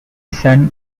son